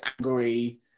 angry